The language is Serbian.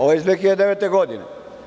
Ovo je iz 2009. godine.